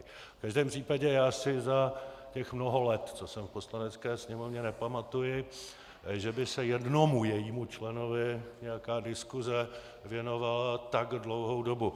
V každém případě já si za těch mnoho let, co jsem v Poslanecké sněmovně, nepamatuji, že by se jednomu jejímu členovi nějaká diskuse věnovala tak dlouhou dobu.